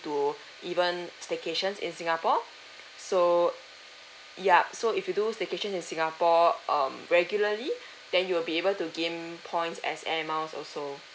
to even staycations in singapore so yup so if you do staycation in singapore um regularly then you'll be able to gain points as air miles also